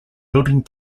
building